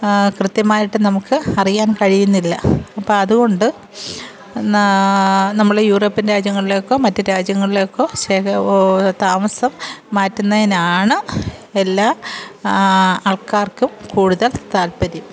കൃത്യമായിട്ട് നമുക്ക് അറിയാൻ കഴിയുന്നില്ല അപ്പം അതുകൊണ്ട് നമ്മൾ യൂറോപ്പ്യൻ രാജ്യങ്ങളിലേക്കോ മറ്റു രാജ്യങ്ങളിലേക്കോ താമസം മാറ്റുന്നതിനാണ് എല്ലാ ആൾക്കാർക്കും കൂടുതൽ താല്പര്യം